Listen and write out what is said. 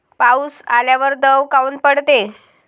पाऊस आल्यावर दव काऊन पडते?